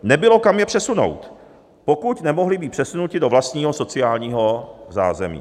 Nebylo kam je přesunout, pokud nemohli být přesunuti do vlastního sociálního zázemí.